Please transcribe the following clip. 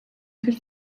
could